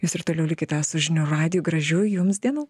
jūs ir toliau likite su žinių radiju gražių jums dienų